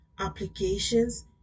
applications